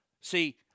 See